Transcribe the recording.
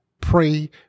pray